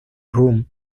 room